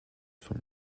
from